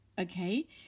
okay